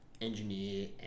engineer